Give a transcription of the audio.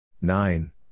nine